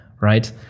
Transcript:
right